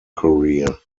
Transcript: career